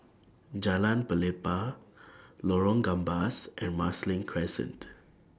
Jalan Pelepah Lorong Gambas and Marsiling Crescent